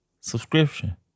subscription